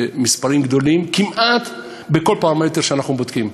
במספרים גדולים, כמעט בכל פרמטר שאנחנו בודקים.